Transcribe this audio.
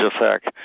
effect